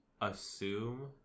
assume